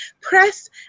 press